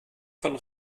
von